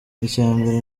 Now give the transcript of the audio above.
icyambere